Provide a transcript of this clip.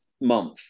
month